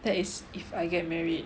that is if I get married